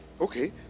Okay